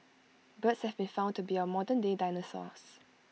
birds have been found to be our modernday dinosaurs